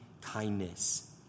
kindness